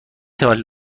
توانید